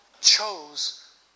chose